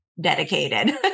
dedicated